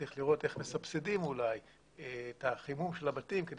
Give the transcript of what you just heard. צריך לראות איך מסבסדים את החימום של הבתים כדי